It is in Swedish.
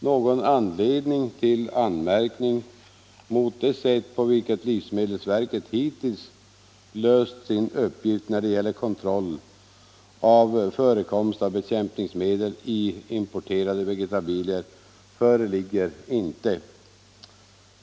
Någon anledning till anmärkning mot det sätt på vilket livsmedelsverket hittills löst sin uppgift när det gäller kontroll av förekomst av bekämpningsmedel i importerade vegetabilier föreligger inte.